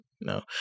no